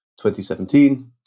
2017